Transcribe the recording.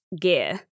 gear